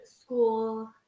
school